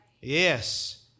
Yes